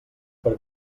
per